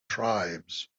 tribes